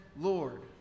Lord